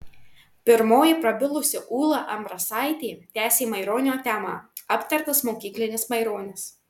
pirmoji prabilusi ūla ambrasaitė tęsė maironio temą aptartas mokyklinis maironis